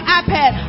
iPad